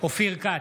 אופיר כץ,